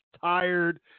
tired